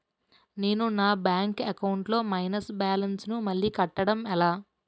నేను నా bank account లొ మైనస్ బాలన్స్ ను మళ్ళీ కట్టడం ఎలా?